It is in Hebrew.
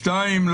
שתיים,